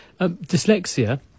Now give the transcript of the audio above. Dyslexia